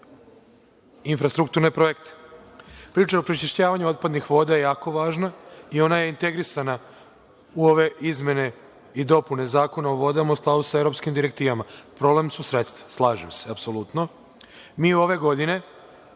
infrastrukturne projekte. Priča o prečišćavanju otpadnih voda je jako važna i ona je integrisana u ove izmene i dopune Zakona o vodama u skladu sa evropskim direktivama. Problem su sredstva. Slažem se apsolutno. Mi ćemo ove godine